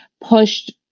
pushed